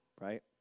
right